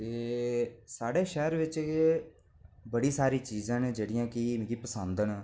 ते साढ़े शैह्र बिच बड़ियां सारियां चीजां न कि जेह्कियां मिगी पसंद न